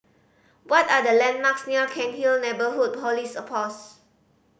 what are the landmarks near Cairnhill Neighbourhood Police Post